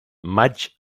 maig